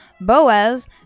Boaz